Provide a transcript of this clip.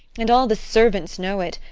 and all the servants know it.